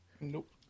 nope